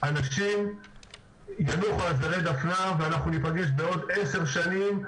אנשים ינוחו על זרי הדפנה ואנחנו ניפגש בעוד עשר שנים,